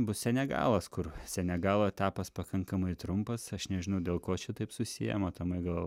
bus senegalas kur senegalo etapas pakankamai trumpas aš nežinau dėl ko čia taip susiejama matomai gal